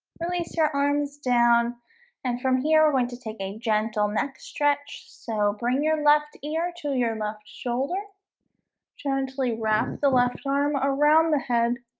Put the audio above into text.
release your arms down and from here we're going to take a gentle neck stretch, so bring your left ear to your left shoulder gently wrap the left arm around the head